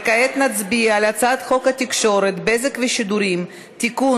וכעת נצביע על הצעת חוק התקשורת (בזק ושידורים) (תיקון,